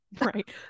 right